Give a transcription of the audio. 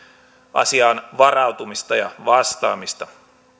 asiaan varautumista ja vastaamista